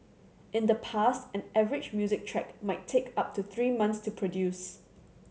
in the past an average music track might take up to three months to produce